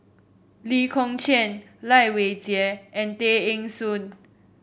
Lee Kong Chian Lai Weijie and Tay Eng Soon